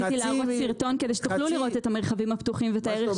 ראיתי להראות סרטון כדי שתוכלו לראות את המרחבים הפתוחים ואת הערך שלהם.